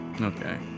Okay